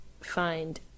find